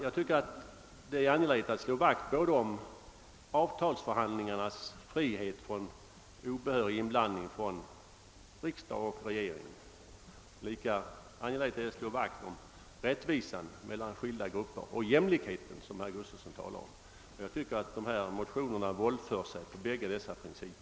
Jag anser det vara angeläget att slå vakt om både avtalsförhandlingarnas frihet från obehörig inblandning av regering och riksdag och rättvisan mellan skilda grupper. Men jag tycker att de motioner vi nu behandlar våldför sig på båda dessa principer.